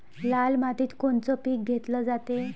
लाल मातीत कोनचं पीक घेतलं जाते?